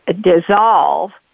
dissolve